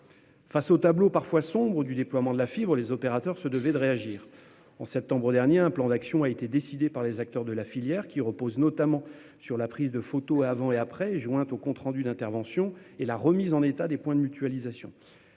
Face au tableau parfois sombre qui est fait du déploiement de la fibre, les opérateurs se devaient de réagir. En septembre dernier, un plan d'action a donc été décidé par les acteurs de la filière, qui repose notamment sur la prise de photos avant et après l'opération, lesquelles sont jointes au compte rendu d'intervention, et sur la remise en état des points de mutualisation.